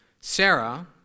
Sarah